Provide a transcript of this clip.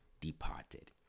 departed